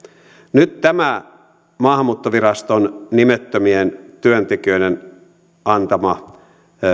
nyt tämä maahanmuuttoviraston nimettömien työntekijöiden antama